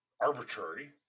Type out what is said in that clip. arbitrary